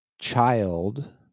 child